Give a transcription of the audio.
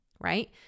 right